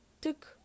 took